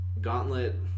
Gauntlet